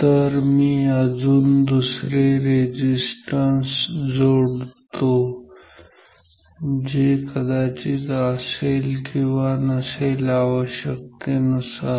तर मी अजून दुसरे रेझिस्टन्स जोडतो जे कदाचित असेल किंवा नसेल आवश्यकतेनुसार